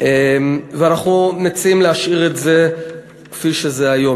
אנחנו מציעים להשאיר את זה כפי שזה היום.